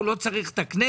הוא לא צריך את הכנסת.